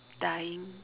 dying